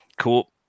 Cool